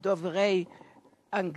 מהנדסים דוברי אנגלית